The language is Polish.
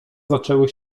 zaczęły